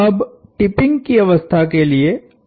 अब टिपिंग की अवस्था के लिए है